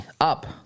up